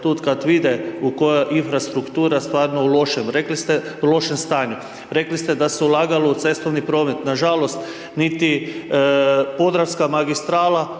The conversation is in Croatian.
kad vide koja infrastruktura je u stvarno lošem stanju. Rekli ste da su ulagalo u cestovni promet, nažalost, niti Podravska magistrala